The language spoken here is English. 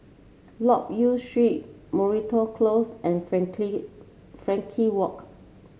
Loke Yew Street Moreton Close and Frankel Walk